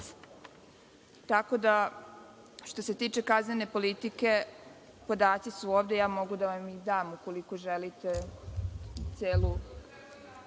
osuda. Što se tiče kaznene politike podaci su ovde, mogu i da vam ih dam ukoliko želite celu